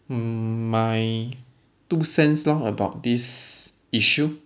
um my two cents lor about this issue